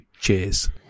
Cheers